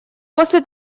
после